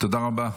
תודה רבה.